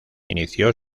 inició